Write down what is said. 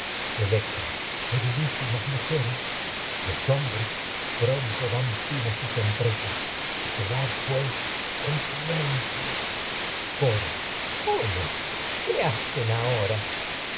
electra queridas dan mujeres los hombres pronto fin a sus empresas esperad pues en silencio coro cómo qué hacen ahora